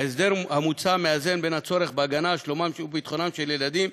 ההסדר המוצע מאזן בין הצורך בהגנה על שלומם וביטחונם של ילדים,